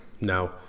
no